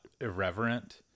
irreverent